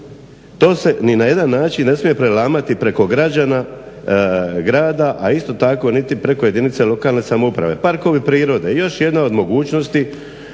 to se ni na jedan način ne smije prelamati preko građana grada, a isto tako niti preko jedinica lokalne samouprave. Parkovi prirode, još jedna od mogućnosti